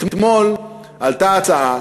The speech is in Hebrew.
אתמול עלתה הצעה